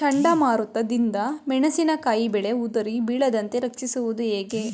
ಚಂಡಮಾರುತ ದಿಂದ ಮೆಣಸಿನಕಾಯಿ ಬೆಳೆ ಉದುರಿ ಬೀಳದಂತೆ ರಕ್ಷಿಸುವುದು ಹೇಗೆ?